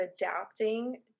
adapting